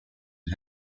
and